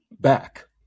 back